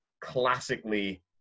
classically